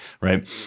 right